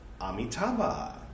Amitabha